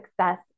success